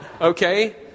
Okay